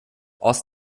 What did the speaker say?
aus